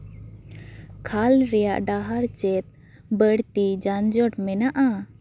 ᱠᱷᱟᱞ ᱨᱮᱭᱟᱜ ᱰᱟᱦᱟᱨ ᱪᱮᱫ ᱵᱟᱹᱲᱛᱤ ᱡᱟᱱ ᱡᱳᱴ ᱢᱮᱱᱟᱜᱼᱟ